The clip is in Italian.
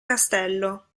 castello